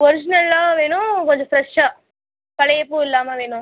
ஒரிஜினலாக வேணும் கொஞ்சம் ஃபிரெஷ்ஷாக பழைய பூ இல்லாமல் வேணும்